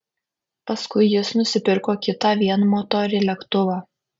paskui jis nusipirko kitą vienmotorį lėktuvą